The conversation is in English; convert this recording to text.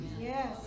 yes